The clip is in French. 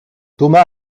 thomas